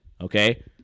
Okay